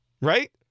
Right